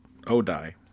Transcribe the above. Odai